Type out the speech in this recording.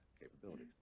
capabilities